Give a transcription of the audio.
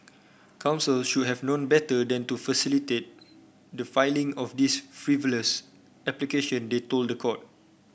counsel should have known better than to facilitate the filing of this frivolous application they told the court